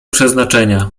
przeznaczenia